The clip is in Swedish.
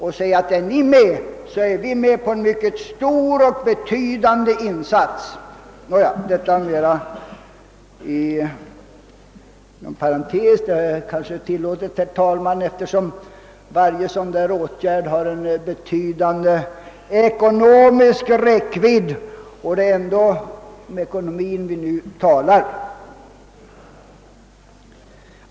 Vi skall säga till dem: Vi är villiga att göra en stor och betydande insats, om ni också är det. — Det är kanske tillåtet att tala om dessa problem även i denna debatt, herr talman, eftersom varje sådan åtgärd har en betydande ekonomisk räckvidd, och det är ju om ekonomin vi nu talar.